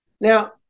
Now